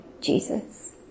Jesus